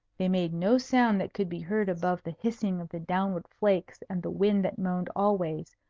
they made no sound that could be heard above the hissing of the downward flakes and the wind that moaned always,